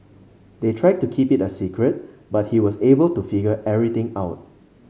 they tried to keep it a secret but he was able to figure everything out